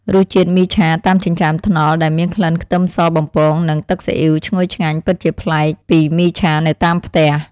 រសជាតិមីឆាតាមចិញ្ចើមថ្នល់ដែលមានក្លិនខ្ទឹមសបំពងនិងទឹកស៊ីអ៊ីវឈ្ងុយឆ្ងាញ់ពិតជាប្លែកពីមីឆានៅតាមផ្ទះ។